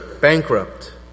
bankrupt